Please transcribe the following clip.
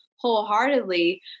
Wholeheartedly